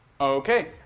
Okay